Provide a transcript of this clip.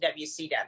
WCW